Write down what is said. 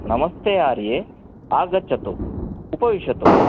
नमस्ते आर्ये आगच्छतु उपविशतु